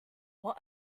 what